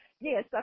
yes